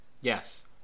Yes